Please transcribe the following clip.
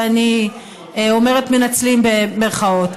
ואני אומרת "מנצלים" במירכאות.